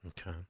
Okay